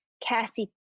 Cassie